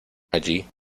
allí